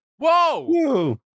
Whoa